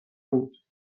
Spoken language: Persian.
بود